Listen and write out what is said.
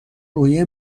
روحیه